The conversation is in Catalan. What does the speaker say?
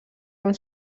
amb